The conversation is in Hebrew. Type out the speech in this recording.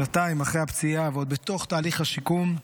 שנתיים אחרי הפציעה ועוד בתוך תהליך השיקום,